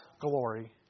glory